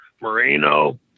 Moreno